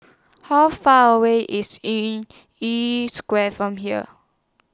How Far away IS in E Square from here